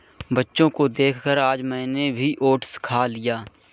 बच्चों को देखकर आज मैंने भी ओट्स खा लिया